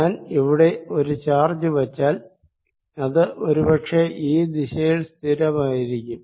ഞാൻ ഇവിടെ ഒരു ചാർജ് വച്ചാൽ അത് ഒരു പക്ഷെ ഈ ദിശയിൽ സ്ഥിരമായിരിക്കും